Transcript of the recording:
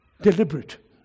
deliberate